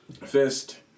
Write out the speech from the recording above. Fist